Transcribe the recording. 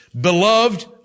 beloved